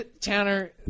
tanner